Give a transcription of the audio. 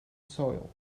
soil